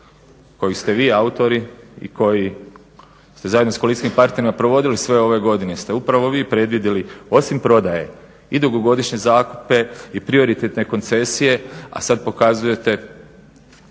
kojeg ste vi autori i koji ste zajedno s koalicijskim partnerima provodili sve ove godine, ste upravo vi predvidjeli osim prodaje i dugogodišnje zakupe i prioritetne koncesije, a sad pokazujete